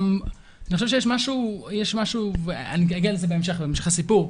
גם אני חושב שיש משהו - אני אגיע לזה בהמשך הסיפור,